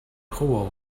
خوب